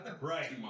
Right